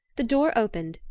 the door opened,